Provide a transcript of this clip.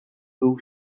był